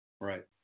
Right